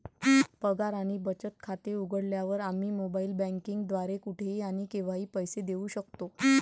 पगार आणि बचत खाते उघडल्यावर, आम्ही मोबाइल बँकिंग द्वारे कुठेही आणि केव्हाही पैसे देऊ शकतो